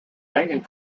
banking